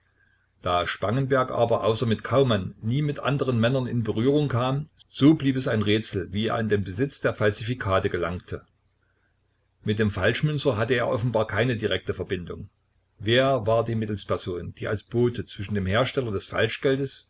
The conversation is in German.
da spangenberg aber außer mit kaumann nie mit anderen männern in berührung kam so blieb es ein rätsel wie er in den besitz der falsifikate gelangte mit dem falschmünzer hatte er offenbar keine direkte verbindung wer war die mittelsperson die als bote zwischen dem hersteller des falschgeldes